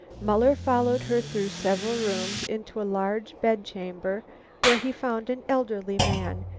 muller followed her through several rooms into a large bed-chamber where he found an elderly man,